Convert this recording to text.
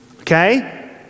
Okay